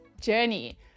journey